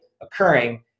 occurring